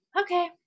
okay